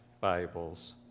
Bibles